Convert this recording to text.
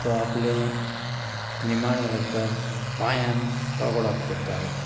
तो आपले निमाण्यो वखदार पांयान रगडो कोत्तालो